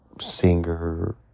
singer